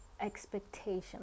expectation